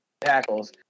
tackles